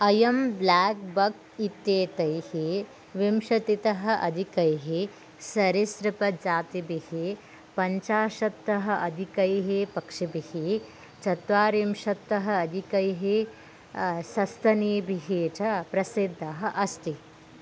अयं blackbuck इत्येतैः विंशतितः अधिकैः सरीसृपजातिभिः पञ्चाशत्तः अधिकैः पक्षिभिः चत्वारिंशत्तः अधिकैः सस्तनीभिः च प्रसिद्धः अस्ति